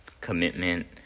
commitment